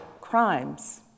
crimes